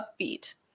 upbeat